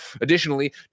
Additionally